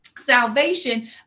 salvation